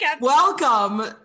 Welcome